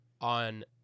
on